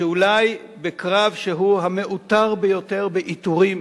אולי בקרב שהוא המעוטר ביותר בעיטורים